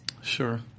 sure